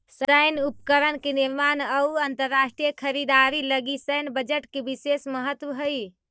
सैन्य उपकरण के निर्माण अउ अंतरराष्ट्रीय खरीदारी लगी सैन्य बजट के विशेष महत्व हई